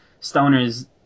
stoners